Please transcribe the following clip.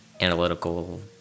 analytical